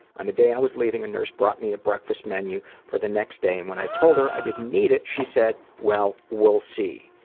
on the day i was leaving, a nurse brought me a breakfast menu for the next day and when i told her i didn't need it, she said, well, we'll see.